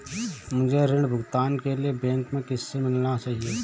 मुझे ऋण भुगतान के लिए बैंक में किससे मिलना चाहिए?